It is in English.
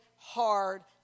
hard